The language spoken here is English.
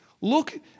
Look